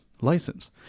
license